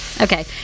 Okay